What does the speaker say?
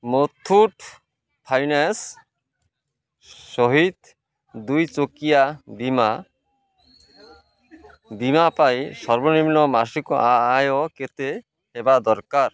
Muthoot finance ସହିତ ଦୁଇ ଚକିଆ ବୀମା ବୀମା ପାଇଁ ସର୍ବନିମ୍ନ ମାସିକ ଆୟ କେତେ ହେବା ଦରଳାର